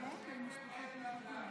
אני אמתין בסבלנות.